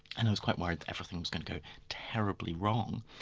and i was quite worried that everything was going to go terribly wrong.